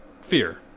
fear